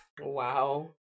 Wow